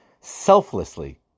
selflessly